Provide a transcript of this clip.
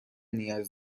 نیاز